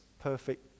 perfect